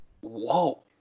whoa